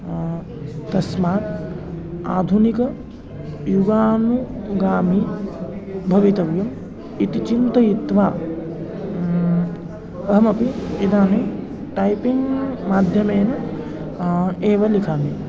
तस्मात् आधुनिकयुगानुगामि भवितव्यम् इति चिन्तयित्वा अहमपि इदानीं टैपिङ्ग् माध्यमेन एव लिखामि